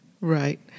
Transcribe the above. Right